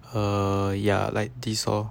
err ya like this lor